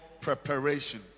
preparation